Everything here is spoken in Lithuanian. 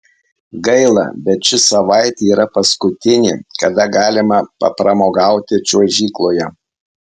gaila bet ši savaitė yra paskutinė kada galima papramogauti čiuožykloje